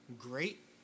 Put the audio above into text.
great